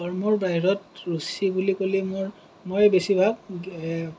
কৰ্মৰ বাহিৰত ৰুচি বুলি ক'লে মোৰ মই বেছিভাগ এই